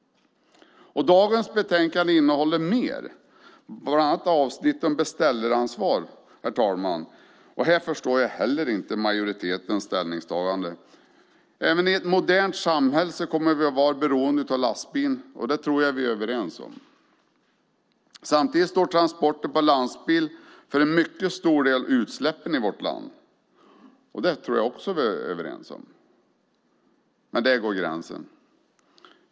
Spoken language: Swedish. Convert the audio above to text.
Dagens betänkande innehåller mer, herr talman - bland annat ett avsnitt om beställaransvar. Här förstår jag heller inte majoritetens ställningstagande. Även i ett modernt samhälle kommer vi att vara beroende av lastbilen; det tror jag att vi är överens om. Samtidigt står transporter med lastbil för en mycket stor del av utsläppen i vårt land; det tror jag också att vi är överens om. Där går dock gränsen.